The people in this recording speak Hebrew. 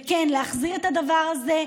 וכן להחזיר את הדבר הזה.